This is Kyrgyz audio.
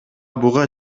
буга